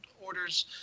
orders